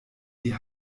die